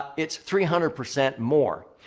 it's three hundred percent more.